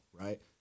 right